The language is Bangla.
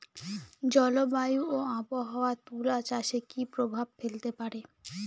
জলবায়ু ও আবহাওয়া তুলা চাষে কি প্রভাব ফেলতে পারে?